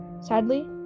Sadly